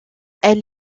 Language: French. elle